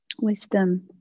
wisdom